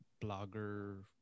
blogger